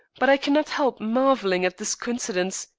but i cannot help marvelling at this coincidence.